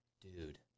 Dude